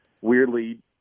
weirdly